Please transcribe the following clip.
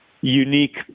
unique